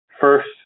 first